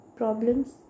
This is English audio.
problems